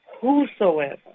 Whosoever